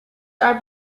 are